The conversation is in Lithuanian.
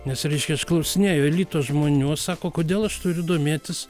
nes reiškia aš klausinėju elito žmonių o sako kodėl aš turiu domėtis